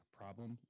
problem